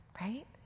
right